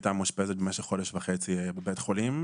היתה מאושפזת במשך חודש וחצי בבית חולים.